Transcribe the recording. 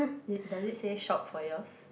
it does it say shop for yours